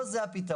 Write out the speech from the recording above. לא זה הפיתרון.